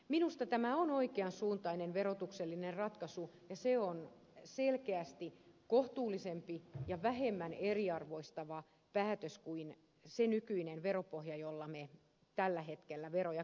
minusta tämä on oikeansuuntainen verotuksellinen ratkaisu joka on selkeästi kohtuullisempi ja vähemmän eriarvoistava kuin se nykyinen veropohja jolla me tällä hetkellä veroja kannamme